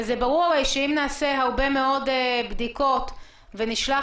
ברור שאם נעשה הרבה מאוד בדיקות ונשלח